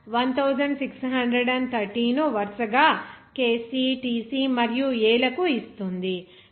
94 561 1630 ను వరుసగా Kc Tc మరియు A లకు ఇస్తుంది